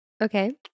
Okay